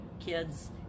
kids